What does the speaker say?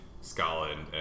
Scotland